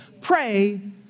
Pray